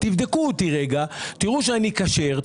תבדקו אותי ותראו שאני כשר,